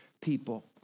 people